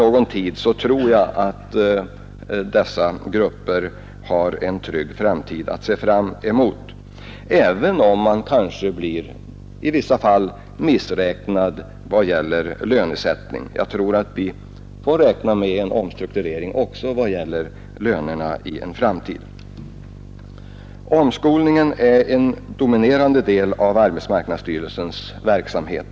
Jag tror också att de universitetsutbildade efter någon tid kan se fram mot en trygg framtid, även om de i vissa fall kanske blir missräknade på lönesättningen — vi får nog räkna med en omstrukturering också av lönerna. Omskolning är en dominerande del av arbetsmarknadsstyrelsens verksamhet.